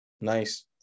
Nice